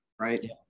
right